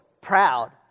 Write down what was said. Proud